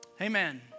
amen